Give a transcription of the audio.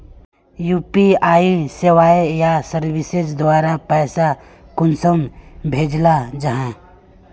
UPI सेवाएँ या services द्वारा पैसा कुंसम भेजाल जाहा?